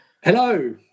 Hello